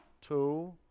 two